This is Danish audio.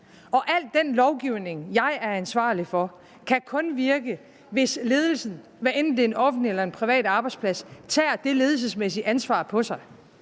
og at den lovgivning, jeg er ansvarlig for, kun kan virke, hvis ledelsen, hvad enten det er på en offentlig eller en privat arbejdsplads, tager det ledelsesmæssige ansvar på sig.